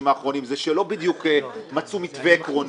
האחרונים שלא בדיוק מצאו מתווה עקרוני,